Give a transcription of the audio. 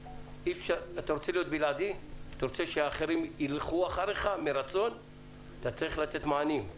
אבל בחוג אחר שרוכש את הטלפונים האלה הטלפון הזה לא יציל חיים.